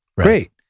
Great